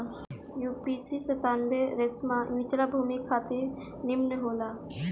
UPC सत्तानबे रेशमा निचला भूमि खातिर निमन होला